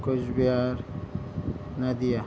Cooch Behar Nadia